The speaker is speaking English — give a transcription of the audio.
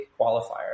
qualifier